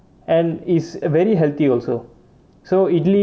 and is very healthy also so idli